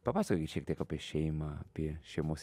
papasakokit šiek tiek apie šeimą apie šeimos